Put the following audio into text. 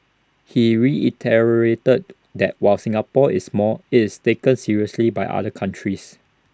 he reiterated that while Singapore is small IT is taken seriously by other countries